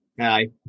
Aye